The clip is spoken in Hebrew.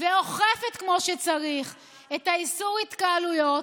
ואוכפת כמו שצריך את איסור ההתקהלויות,